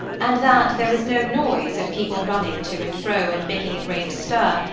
and that there was no noise of people running to and fro, and making a great stir,